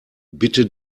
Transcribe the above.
bitte